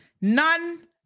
None